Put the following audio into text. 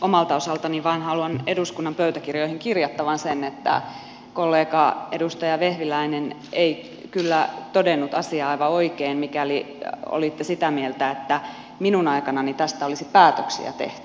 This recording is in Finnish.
omalta osaltani vain haluan eduskunnan pöytäkirjoihin kirjattavan sen että kollega edustaja vehviläinen ei kyllä todennut asiaa aivan oikein mikäli olitte sitä mieltä että minun aikanani tästä olisi päätöksiä tehty